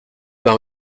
par